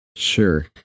sure